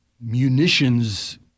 munitions